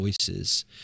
voices